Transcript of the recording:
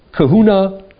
Kahuna